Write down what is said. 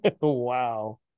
Wow